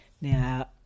now